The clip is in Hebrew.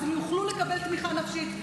אז הם יוכלו לקבל תמיכה נפשית.